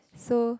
so